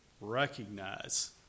recognize